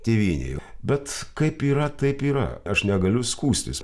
tėvynėj bet kaip yra taip yra aš negaliu skųstis